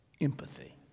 Empathy